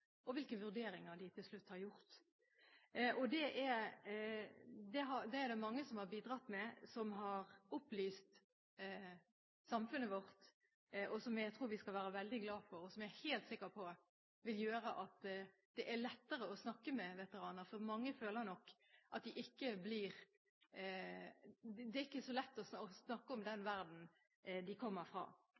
og hvilke vurderinger de til slutt har gjort. Dette er det mange som har bidratt med, og som har opplyst samfunnet vårt. Det skal vi være veldig glade for, og jeg er helt sikker på at det vil gjøre det lettere å snakke med veteraner. Mange føler nok at det ikke er så lett å snakke om den verdenen de kommer fra.